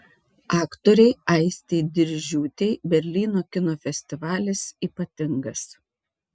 aktorei aistei diržiūtei berlyno kino festivalis ypatingas